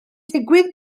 digwydd